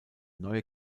neue